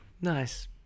Nice